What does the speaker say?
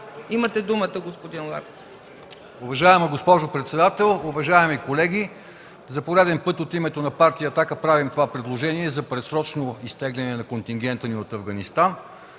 Имате думата, господин Лаков.